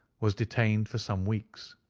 was detained for some weeks.